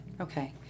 Okay